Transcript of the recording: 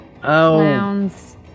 clowns